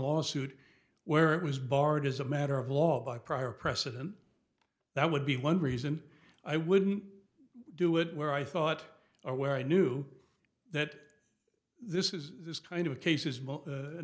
lawsuit where it was barred as a matter of law by prior precedent that would be one reason i wouldn't do it where i thought or where i knew that this is this kind of cases